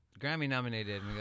Grammy-nominated